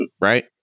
Right